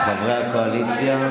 חברי הקואליציה,